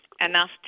enough